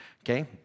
Okay